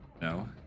No